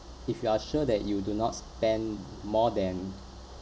if you are sure that you do not spend more than